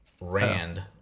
Rand